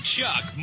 Chuck